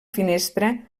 finestra